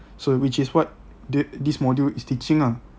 so which is what thi~ this module is teaching ah